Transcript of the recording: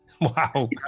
Wow